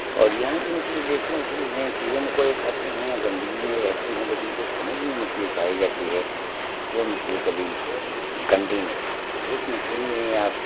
और यहाँ की मछली देशी मछली है कीड़े मकौड़े खाते हैं गन्दगी में रहते हैं लेकिन जो समुद में मछली पाई जाती है वो मछली कभी गन्दी नहीं होती उस मछली में आप